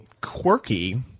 quirky